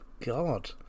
God